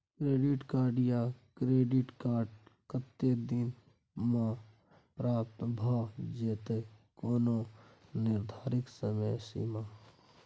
Credit या debit card कत्ते दिन म प्राप्त भ जेतै, कोनो निर्धारित समय सीमा?